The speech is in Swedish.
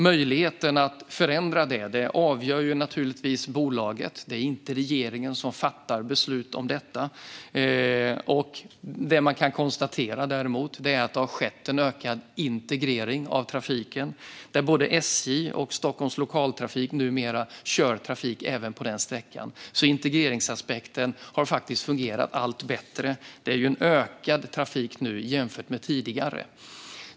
Möjligheten att förändra det avgör naturligtvis bolaget. Det är inte regeringen som fattar beslut om detta. Det man däremot kan konstatera är att det har skett en ökad integrering av trafiken. Både SJ och Stockholms Lokaltrafik kör numera även på denna sträcka, så integreringen har faktiskt fungerat allt bättre. Det är ju en ökad trafik nu jämfört med tidigare.